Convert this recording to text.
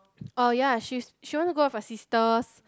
orh ya she's she want to go out with her sisters